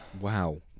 Wow